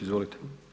Izvolite.